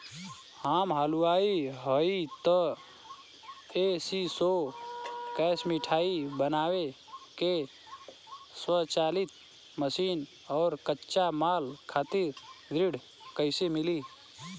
हम हलुवाई हईं त ए.सी शो कैशमिठाई बनावे के स्वचालित मशीन और कच्चा माल खातिर ऋण कइसे मिली?